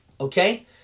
okay